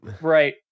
Right